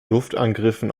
luftangriffen